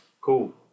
Cool